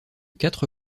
quatre